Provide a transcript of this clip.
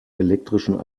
elektrischen